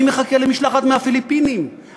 אני מחכה למשלחת מהפיליפינים,